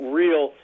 real